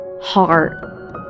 Heart